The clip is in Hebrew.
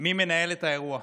מי מנהל את האירוע.